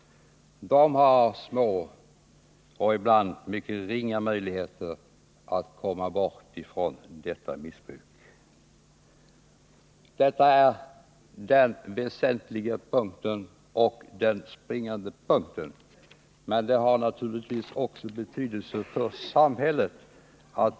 De har små och ibland mycket ringa möjligheter att komma från detta missbruk. Detta är den springande punkten, men ett stort antal narkomaner innebär naturligtvis också följder för samhället.